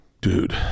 dude